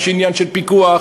יש עניין של פיקוח,